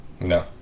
No